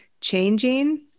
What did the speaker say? changing